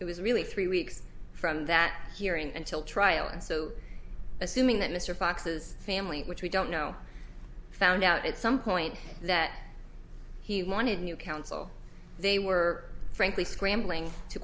it was really three weeks from that hearing until trial and so assuming that mr fox's family which we don't know found out at some point that he wanted new counsel they were frankly scrambling to